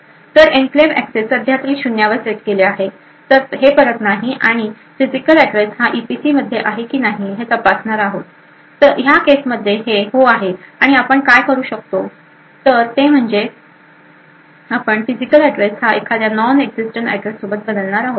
तर enclave access सध्या तरी शून्यावर सेट केले आहेतर हे परत नाही आणि फिजिकल एड्रेस हा ई पी सी मध्ये आहे की नाही हे तपासणार आहोत ह्या केस मध्ये हे हो आहे आणि आपण काय करू तर ते म्हणजे आपण फिजिकल एड्रेस हा एखाद्या नॉन एक्झिस्टंट एड्रेस सोबत बदलणार आहोत